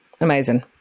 amazing